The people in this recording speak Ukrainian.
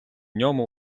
ньому